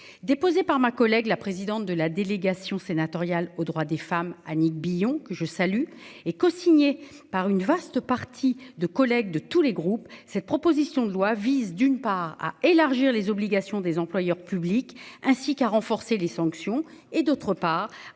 déposée par ma collègue, la présidente de la délégation sénatoriale aux droits des femmes. Annick Billon, que je salue et cosignée par une vaste partie de collègues de tous les groupes. Cette proposition de loi vise d'une part à élargir les obligations des employeurs publics ainsi qu'à renforcer les sanctions et d'autre part à